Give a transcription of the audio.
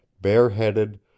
bareheaded